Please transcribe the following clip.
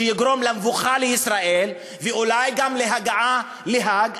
שיגרום למבוכה לישראל ואולי גם להגעה להאג.